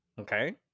Okay